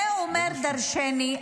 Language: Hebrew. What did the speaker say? זה אומר דורשני.